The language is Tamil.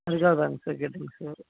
அதுக்காகதாங்க சார் கேட்டேனுங்க சார்